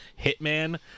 hitman